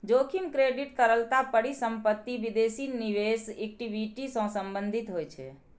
जोखिम क्रेडिट, तरलता, परिसंपत्ति, विदेशी निवेश, इक्विटी सं संबंधित होइ छै